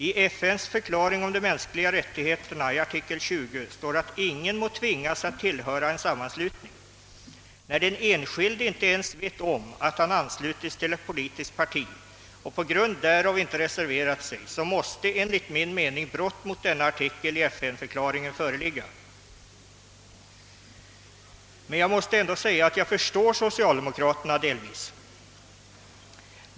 I FN:s förklaring om de mänskliga rättigheterna står i artikel 20 att ingen må tvingas att tillhöra en sammanslutning. När den enskilde inte ens vet om att han anslutits till ett politiskt parti och på grund därav inte reserverat sig, måste enligt min mening brott mot denna artikel i FN-förklaringen föreligga. Men jag måste ändå säga att jag delvis förstår socialdemokraterna.